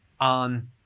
on